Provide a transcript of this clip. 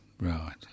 Right